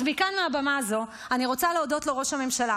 אז מכאן על הבמה הזו אני רוצה להודות לראש הממשלה,